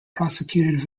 persecuted